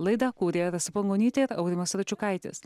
laidą kūrė rasa pangonytė ir audimas račiukaitis